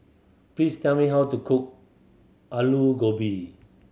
please tell me how to cook Alu Gobi